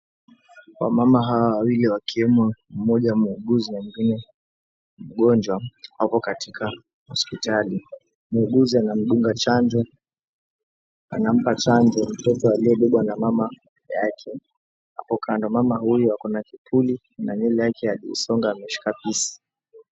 Wamama hawa wawili, wakiwemo mmoja muuguzi na mwengine mgonjwa, wako katika hospitali. Muuguzi anamdunga chanjo, anampa chanjo mtoto aliyebebwa na mama yake apo kando. Mama huyu ako na kipini na ywele yake hajaisonga, ameshika pisi.